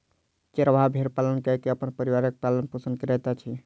चरवाहा भेड़ पालन कय के अपन परिवारक पालन पोषण करैत अछि